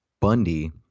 Bundy